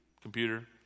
computer